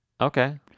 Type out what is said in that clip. Okay